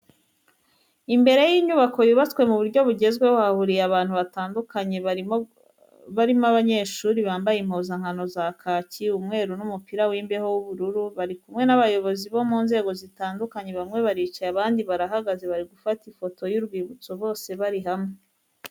Imbere y'inyubako yubatswe mu buryo bugezweho hahuriye abantu batandukanye barimo abanyeshuri bambaye impuzankano za kaki, umweru n'umupira w'imbeho w'ubururu bari kumwe n'abayobozi bo mu nzego zitandukanye bamwe baricaye abandi barahagaze bari gufata ifoto y'urwibutso bose bari hamwe.